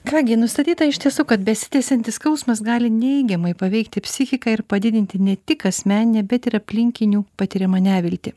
ką gi nustatyta iš tiesų kad besitęsiantis skausmas gali neigiamai paveikti psichiką ir padidinti ne tik asmeninę bet ir aplinkinių patiriamą neviltį